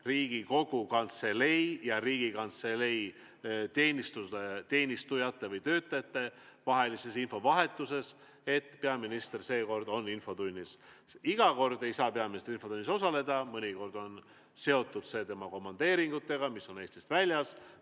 Riigikogu Kantselei ja Riigikantselei teenistujate vahelisest infovahetusest, et peaminister seekord on infotunnis. Iga kord ei saa peaminister infotunnis osaleda, mõnikord on see seotud tema komandeeringutega, mis on Eestist väljas,